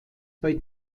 bei